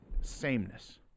sameness